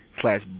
slash